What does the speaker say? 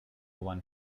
won